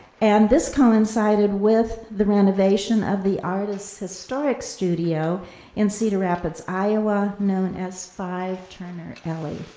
and this coincided with the renovation of the artist's historic studio in cedar rapids iowa known as five turner alley.